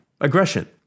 aggression